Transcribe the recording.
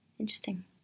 interesting